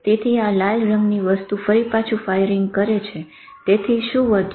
તેથી આ લાલ રંગની વસ્તુ ફરી પાછું ફાયરીંગ કરે છે તેથી શું વધ્યું